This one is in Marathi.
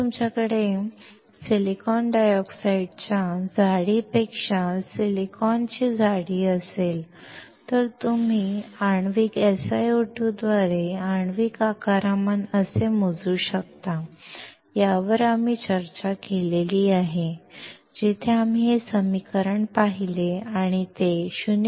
जर तुमच्याकडे सिलिकॉन डायऑक्साइडच्या जाडीपेक्षा सिलिकॉनची जाडी असेल तर तुम्ही आण्विक SiO2 द्वारे आण्विक आकारमान कसे मोजू शकता यावर आम्ही चर्चा केली आहे जिथे आम्ही हे समीकरण पाहिले आणि ते 0